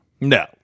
No